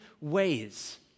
ways